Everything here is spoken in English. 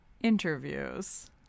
Interviews